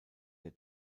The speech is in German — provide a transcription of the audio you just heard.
der